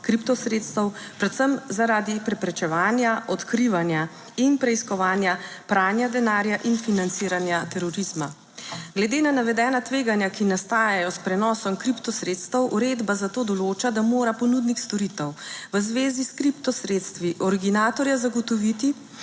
kripto sredstev, predvsem zaradi preprečevanja, odkrivanja in preiskovanja. Pranja denarja in financiranja terorizma. Glede na navedena tveganja, ki nastajajo s prenosom kripto sredstev, uredba za to določa, da mora ponudnik storitev v zvezi s kripto sredstvi orginatorja zagotoviti,